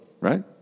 right